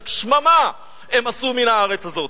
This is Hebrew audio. רק שממה הם עשו מן הארץ הזאת.